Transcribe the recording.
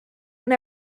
when